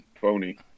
Phony